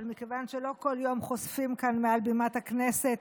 אבל מכיוון שלא כל יום חושפים כאן מעל בימת הכנסת